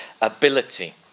ability